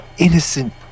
Innocent